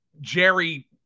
Jerry